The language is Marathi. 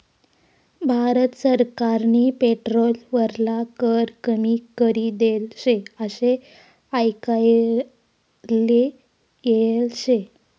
भारत सरकारनी पेट्रोल वरला कर कमी करी देल शे आशे आयकाले येल शे